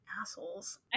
assholes